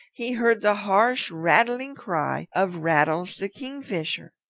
he heard the harsh, rattling cry of rattles the kingfisher.